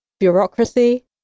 Bureaucracy